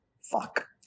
fuck